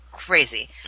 crazy